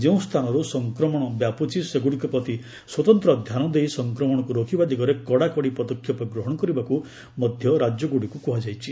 ଯେଉଁ ସ୍ଥାନରୁ ସଫକ୍ରମଣ ବ୍ୟାପୁଛି ସେଗୁଡ଼ିକ ପ୍ରତି ସ୍ୱତନ୍ତ୍ର ଧ୍ୟାନ ଦେଇ ସଂକ୍ରମଣକୁ ରୋକିବା ଦିଗରେ କଡ଼ାକଡ଼ି ପଦକ୍ଷେପ ଗ୍ରହଣ କରିବାକୁ ମଧ୍ୟ ରାଜ୍ୟଗୁଡ଼ିକୁ କୁହାଯାଇଛି